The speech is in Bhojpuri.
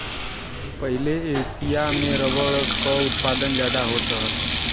पहिले एसिया में रबर क उत्पादन जादा होत रहल